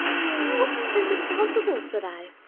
how is it possible, said i,